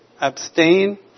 abstain